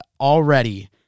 already